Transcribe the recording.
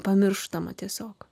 pamirštama tiesiog